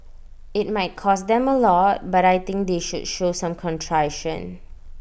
IT might cost them A lot but I think they should show some contrition